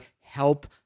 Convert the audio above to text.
help